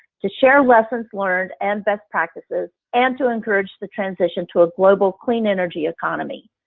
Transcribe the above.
to share lessons learned and best practices and to encourage the transition to a global clean energy economy.